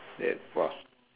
that